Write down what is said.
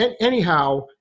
anyhow